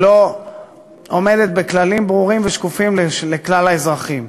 לא עומדת בכללים ברורים ושקופים לכלל האזרחים.